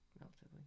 Relatively